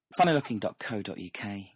Funnylooking.co.uk